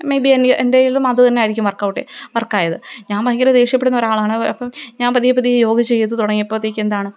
may B എൻ്റെ എന്റേതിലും അതു തന്നായിരിക്കും വര്ക്കായത് ഞാന് ഭയങ്കര ദേഷ്യപ്പെടുന്ന ഒരാളാണ് അപ്പോള് ഞാന് പതിയെപ്പതിയെ യോഗ ചെയ്തു തുടങ്ങിയപ്പോഴത്തേക്കെന്താണ്